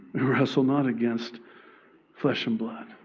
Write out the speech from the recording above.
wrestle not against flesh and blood,